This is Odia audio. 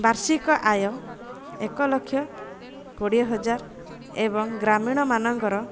ବାର୍ଷିକ ଆୟ ଏକଲକ୍ଷ କୋଡ଼ିଏ ହଜାର ଏବଂ ଗ୍ରାମୀଣ ମାନଙ୍କର